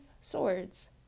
Swords